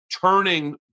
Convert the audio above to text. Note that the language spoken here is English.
turning